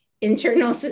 internal